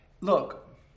look